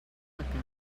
vacances